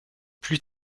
plus